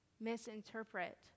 misinterpret